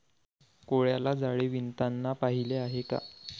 कोळ्याला जाळे विणताना पाहिले आहे का?